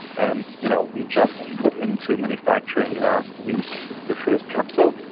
and you know we just put into manufacturing last week the first capsule.